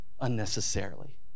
unnecessarily